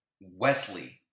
Wesley